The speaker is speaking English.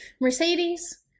mercedes